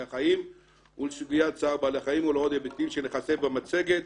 החיים ולסוגיית צער בעלי החיים ולעוד היבטים שנכסה במצגת